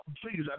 please